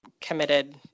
committed